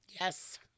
Yes